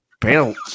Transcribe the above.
built